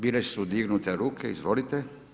Bile su dignute ruke, izvolite.